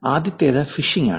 ആദ്യത്തേത് ഫിഷിംഗ് ആണ്